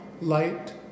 light